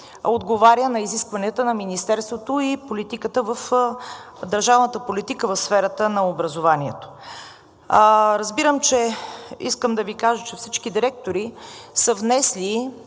отговаря на изискванията на Министерството и държавната политика в сферата на образованието. Искам да Ви кажа, че всички директори са внесли